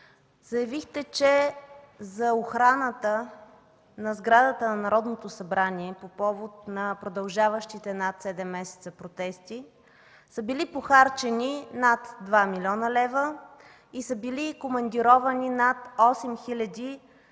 заявихте, че за охраната на сградата на Народното събрание по повод на продължаващите над седем месеца протести са били похарчени над 2 млн. лв. и са били командировани над 8 хиляди